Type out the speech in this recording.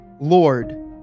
Lord